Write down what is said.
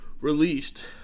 released